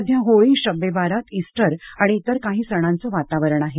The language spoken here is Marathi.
सध्या होळी शब्बे बारात इस्टर आणि इतर काही सणांचं वातावरण आहे